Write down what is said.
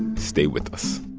and stay with us